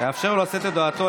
נאפשר לו לשאת את הודעתו.